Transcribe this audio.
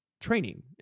training